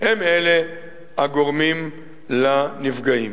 הם שגורמים לנפגעים.